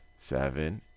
seven,